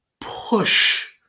push